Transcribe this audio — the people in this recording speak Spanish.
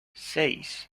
seis